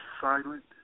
silent